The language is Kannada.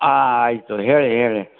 ಹಾಂ ಆಯಿತು ಹೇಳಿ ಹೇಳಿ